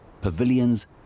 pavilions